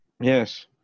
yes